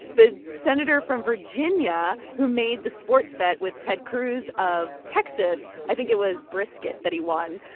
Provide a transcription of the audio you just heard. the senator from virginia who made the sports bet with ted cruz of texas. i think it was brisket that he won.